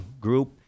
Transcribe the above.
group